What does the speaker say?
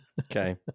Okay